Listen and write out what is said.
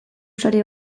sare